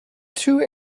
two